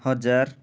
ହଜାର